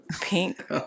pink